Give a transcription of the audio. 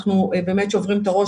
אנחנו באמת שוברים את הראש,